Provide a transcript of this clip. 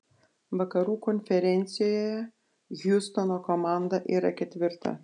vakarų konferencijoje hjustono komanda yra ketvirta